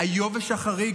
היובש החריג,